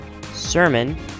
Sermon